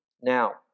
Now